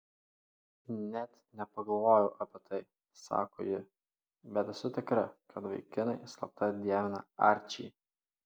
net nepagalvojau apie tai sako ji bet esu tikra kad vaikinai slapta dievina arčį